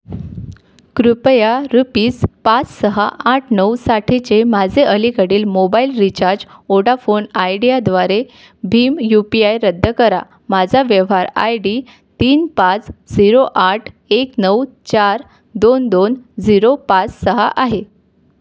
कृपया रुपीस पाच सहा आठ नऊ साठीचे माझे अलीकडील मोबाईल रीचार्ज ओडाफोन आयडीयाद्वारे भीम यूपीआय रद्द करा माझा व्यवहार आयडी तीन पाच झिरो आठ एक नऊ चार दोन दोन झिरो पाच सहा आहे